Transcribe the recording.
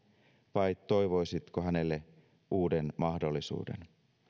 vai toivoisitko hänelle uuden mahdollisuuden